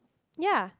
ya